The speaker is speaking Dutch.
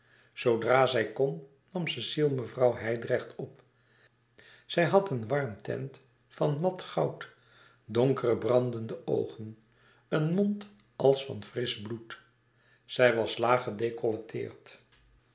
zoodra zij kon nam cecile mevrouw hijdrecht op zij had een warm teint van mat goud donkere brandende oogen een mond als van frisch bloed zij was laag gedecolleteerd